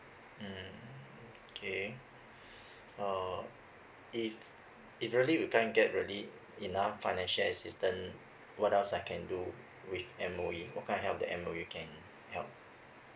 mm okay uh if it really we can't get really enough financial assistance what else I can do with M_O_E what kind of help that M_O_E can help